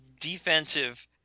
defensive